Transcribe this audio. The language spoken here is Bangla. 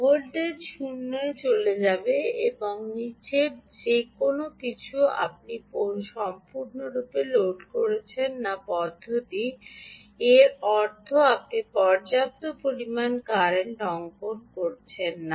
ভোল্টেজ 0 এ চলে যাবে এবং নীচের যে কোনও কিছু আপনি সম্পূর্ণরূপে লোড করছেন না এর অর্থ আপনি পর্যাপ্ত পরিমাণ কারেন্ট অঙ্কন করছেন না